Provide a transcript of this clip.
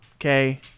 okay